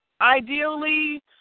Ideally